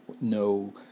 no